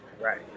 right